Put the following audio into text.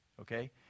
okay